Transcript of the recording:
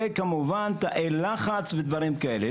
וכמובן תאי לחץ ודברים כאלה.